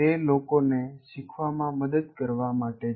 તે લોકોને શીખવામાં મદદ કરવા માટે છે